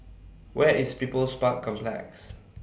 Where IS People's Park Complex